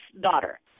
daughter